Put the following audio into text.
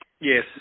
Yes